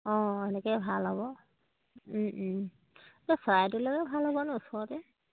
অঁ এনেকেই ভাল হ'ব অঁ চৰাইদেউলৈকে ভাল হ'ব নহ্ ওচৰতে